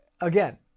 Again